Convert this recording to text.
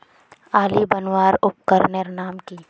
आली बनवार उपकरनेर नाम की?